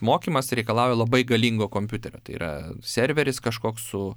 mokymas reikalauja labai galingo kompiuterio tai yra serveris kažkoks su